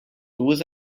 duas